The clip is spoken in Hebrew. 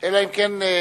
אלא אם כן,